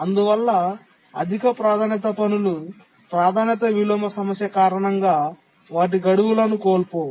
అందువల్ల అధిక ప్రాధాన్యత పనులు ప్రాధాన్యత విలోమ సమస్య కారణంగా వారి గడువులను కోల్పోవు